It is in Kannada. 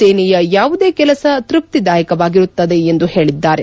ಸೇನೆಯ ಯಾವುದೇ ಕೆಲಸ ತ್ಪಪ್ತಿದಾಯಕವಾಗಿರುತ್ತದೆ ಎಂದು ಹೇಳಿದರು